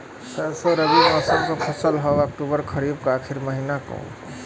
सरसो रबी मौसम क फसल हव अक्टूबर खरीफ क आखिर महीना हव